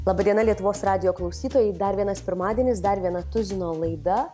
laba diena lietuvos radijo klausytojai dar vienas pirmadienis dar viena tuzino laida